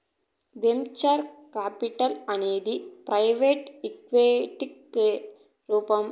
venture capital అనేది private ఈక్విటికి రూపం